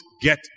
get